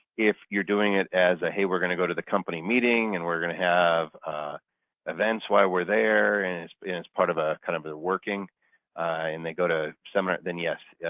if you're doing it as a hey we're going to go to the company meeting and we're going to have events while we're there and it's but and it's part of ah kind of working and they go to summer, then yes.